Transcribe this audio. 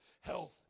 Health